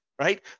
right